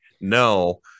No